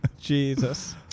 Jesus